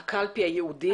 הקלפי הייעודית?